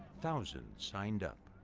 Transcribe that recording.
thousands signed up.